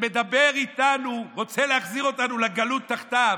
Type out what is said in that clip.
שמדבר איתנו, רוצה להחזיר אותנו לגלות תחתיו,